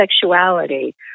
sexuality